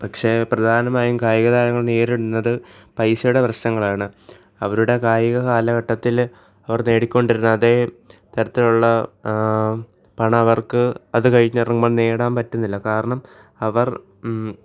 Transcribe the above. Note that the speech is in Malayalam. പക്ഷേ പ്രധാനമായും കായികതാരങ്ങൾ നേരിടുന്നത് പൈസയുടെ പ്രശ്നങ്ങളാണ് അവരുടെ കായിക കാലഘട്ടത്തിൽ അവർ നേടികൊണ്ടിരുന്ന അതേ തരത്തിലുള്ള പണം അവർക്ക് അത് കഴിഞ്ഞ് ഇറങ്ങുമ്പോൾ നേടാൻ പറ്റുന്നില്ല കാരണം അവർ